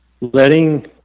letting